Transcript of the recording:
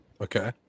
Okay